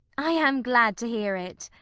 i am glad to hear it.